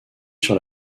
sur